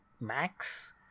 Max